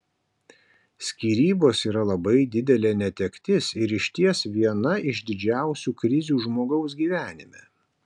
skyrybos yra labai didelė netektis ir išties viena iš didžiausių krizių žmogaus gyvenime